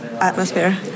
atmosphere